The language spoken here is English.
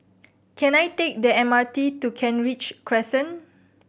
can I take the M R T to Kent Ridge Crescent